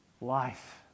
life